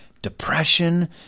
Depression